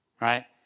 right